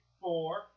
four